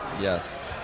Yes